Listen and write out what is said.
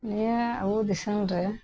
ᱱᱤᱭᱟᱹ ᱟᱵᱚ ᱫᱤᱥᱚᱢ ᱨᱮ